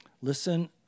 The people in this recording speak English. Listen